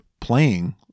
playing